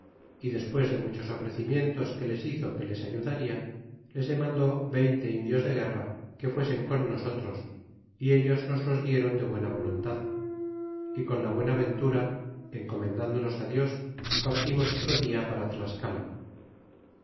y despues de muchos ofrecimientos que les hizo que les ayudarla les demandó veinte indios de guerra que fuesen con nosotros y ellos nos los dieron de buena voluntad y con la buena ventura encomendándonos dios partimos otro dia para tlascala